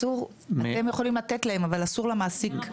הם יכולים לתת להם אבל אסור למעסיק.